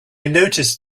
noticed